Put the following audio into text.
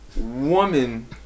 woman